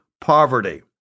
poverty